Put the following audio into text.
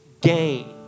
gain